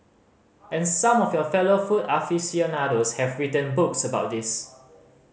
and some of your fellow food aficionados have written books about this